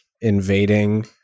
invading